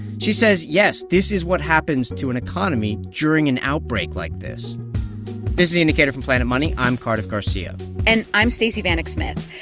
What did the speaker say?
she says yes, this is what happens to an economy during an outbreak like this this is the indicator from planet money. i'm cardiff garcia and i'm stacey vanek smith.